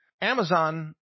Amazon